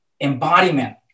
Embodiment